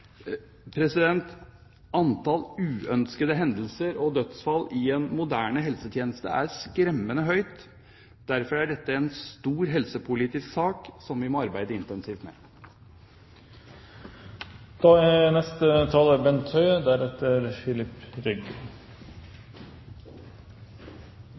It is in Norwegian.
Antall uønskede hendelser og dødsfall i en moderne helsetjeneste er skremmende høyt. Derfor er dette en stor helsepolitisk sak som vi må arbeide intensivt